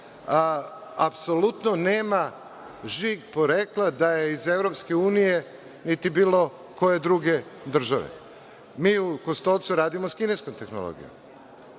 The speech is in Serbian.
apsolutno nema žig porekla da je iz EU, niti bilo koje druge države. Mi u Kostolcu radimo sa kinenskom tehnologijom.